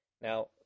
Now